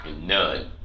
none